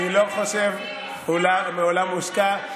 אני לא חושב שמעולם הושקע,